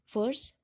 First